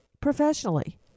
professionally